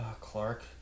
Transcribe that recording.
Clark